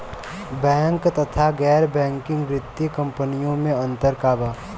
Bank तथा गैर banking वित्तीय कम्पनीयो मे अन्तर का बा?